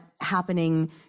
happening